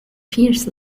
fierce